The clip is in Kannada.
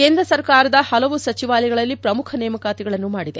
ಕೇಂದ್ರ ಸರ್ಕಾರದ ಹಲವು ಸಚಿವಾಲಯಗಳಲ್ಲಿ ಪ್ರಮುಖ ನೇಮಕಾತಿಗಳನ್ನು ಮಾಡಿದೆ